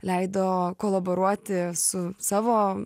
leido kolaboruoti su savo